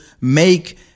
make